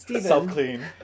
Self-clean